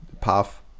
path